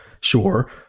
sure